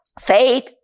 Faith